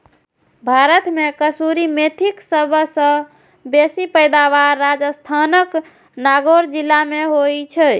भारत मे कसूरी मेथीक सबसं बेसी पैदावार राजस्थानक नागौर जिला मे होइ छै